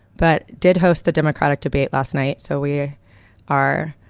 but did host the democratic debate last night. so we are,